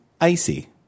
icy